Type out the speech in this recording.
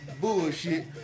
bullshit